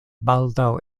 baldaŭ